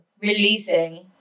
releasing